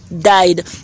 died